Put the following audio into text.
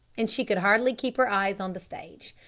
and she could hardly keep her eyes on the stage.